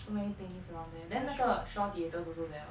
so many things around there then 那个 Shaw theatres also there [what]